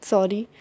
Sorry